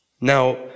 Now